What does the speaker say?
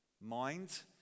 mind